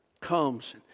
comes